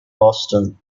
boston